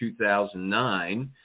2009